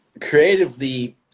creatively